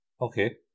Okay